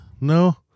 no